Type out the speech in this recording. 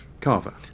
Carver